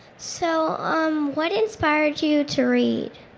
so um what inspired you to read?